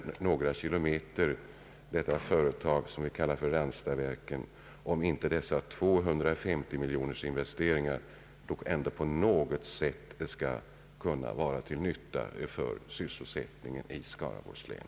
Undersök, herr statsrådet, om inte investeringen på 250 miljoner kronor på något sätt skall kunna vara till nytta för en meningsfylld sysselsättning i Skaraborgs län.